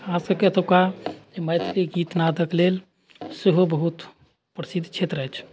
खासकऽ एतौका जे मैथिली गीत नादक लेल सेहो बहुत प्रसिद्ध क्षेत्र अछि